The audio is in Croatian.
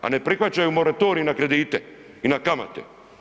A ne prihvaćaju moratorij na kredite i na kamate.